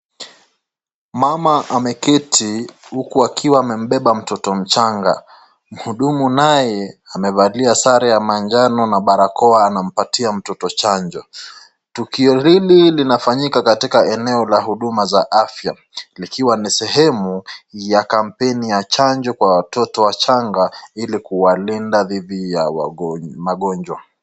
Mama ameketi huku akiwa amembeba mtoto mchanga. Muhudumu naye amevalia sare ya manjano na barakoa anampatia mtoto chanjo. Tukio hili linafanyika katika eneo la huduma za afya likiwa ni sehemu ya kampeni ya chanjo kwa watoto wachanga ili kuwalinda dhidi ya magonjwa.